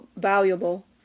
valuable